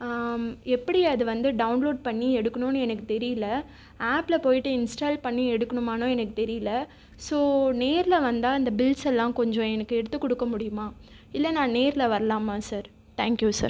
எப்படி அதுவந்து டௌன்லோட் பண்ணி எடுக்கணும்னு எனக்கு தெரியலே ஆப்பில் போயிட்டு இன்ஸ்டால் பண்ணி எடுக்கணுமானு எனக்கு தெரியலே ஸோ நேரில் வந்தால் அந்த பில்ஸ் எல்லாம் கொஞ்சம் எனக்கு எடுத்துக்கொடுக்க முடியுமா இல்லை நான் நேரில் வரல்லாமா சார் தேங்க் யூ சார்